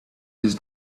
his